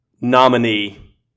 nominee